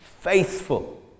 Faithful